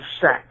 sex